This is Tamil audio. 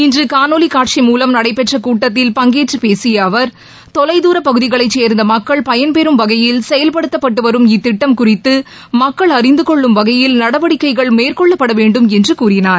இன்று காணொலி காட்சி மூலம் நடைபெற்ற கூட்டத்தில் பங்கேற்று பேசிய அவர் தொலைதூர பகுதிகளை சேர்ந்த மக்கள் பயன்பெறம் வகையில் செயல்படுத்தப்பட்டு வரும் இத்திட்டம் குறித்து மக்கள் அறிந்து கொள்ளும் வகையில் நடவடிக்கைகள் மேற்கொள்ளப்பட வேண்டும் என்று கூறினார்